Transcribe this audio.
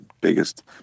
biggest